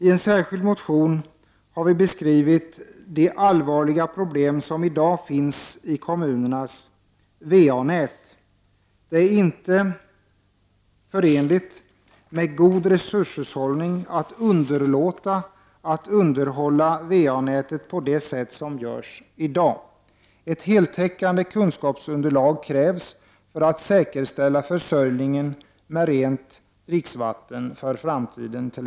I en särskild motion har vi beskrivit de allvarliga problem som i dag finns i kommunernas VA-nät. Det är inte förenligt med god resurshushållning att underlåta att underhålla VA-nätet på det sätt som görs i dag. Ett heltäckande kunskapsunderlag krävs för att säkerställa försörjningen med t.ex. rent dricksvatten för framtiden.